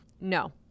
No